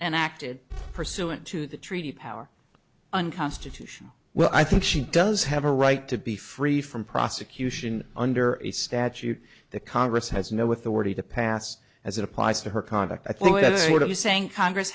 and acted pursuant to the treaty power unconstitutional well i think she does have a right to be free from prosecution under a statute the congress has no authority to pass as it applies to her conduct i